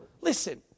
Listen